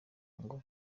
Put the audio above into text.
ngo